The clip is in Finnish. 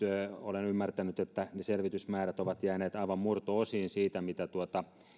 olen ymmärtänyt että ne selvitysmäärät ovat jääneet aivan murto osiin siitä mitä